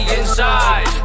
inside